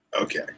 Okay